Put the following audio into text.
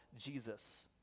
Jesus